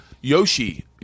Yoshi